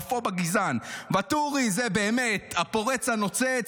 מדובר בממשלה שכל כולה יכולה לעשות את הפריצה לאלקטרז,